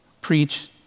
preach